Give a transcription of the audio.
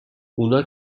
اونا